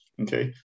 Okay